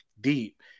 deep